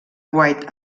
white